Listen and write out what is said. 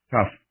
Tough